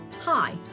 Hi